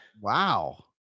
Wow